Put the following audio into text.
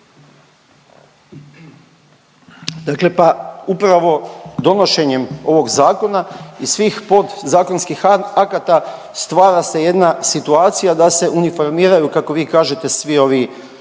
Dakle, pa upravo donošenjem ovog zakona i svih podzakonskih akata stvara se jedna situacija da se uniformiraju kako vi kažete svi ovi